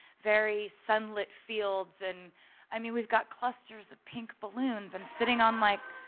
very sunlit fields and i mean, we've got clusters of pink balloons. i'm sitting on, like,